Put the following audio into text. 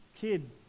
kid